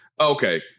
okay